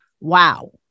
Wow